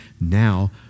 Now